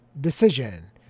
decision